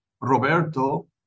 Roberto